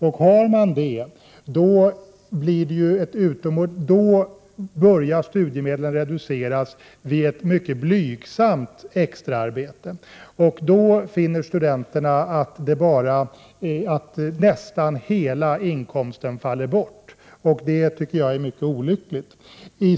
Om det förhåller sig så, börjar studiemedlen reduceras vid ett mycket blygsamt extraarbete. Studenterna finner då att nästan hela bidraget faller bort, och det tycker jag är mycket olyckligt.